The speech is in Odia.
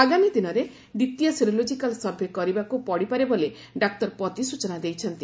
ଆଗାମୀ ଦିନରେ ଦ୍ୱିତୀୟ ସେରୋଲୋଜିକାଲ୍ ସର୍ଭେ କରିବାକୁ ପଡ଼ିପାରେ ବୋଲି ଡାକ୍ତର ପତି ସୂଚନା ଦେଇଛନ୍ତି